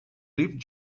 lived